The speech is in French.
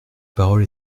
parole